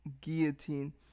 guillotine